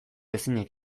ezinik